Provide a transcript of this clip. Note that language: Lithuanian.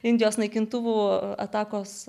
indijos naikintuvų atakos